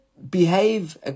Behave